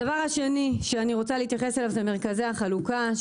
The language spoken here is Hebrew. הדבר השני שאני רוצה להתייחס אליו זה מרכזי החלוקה,